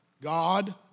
God